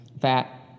fat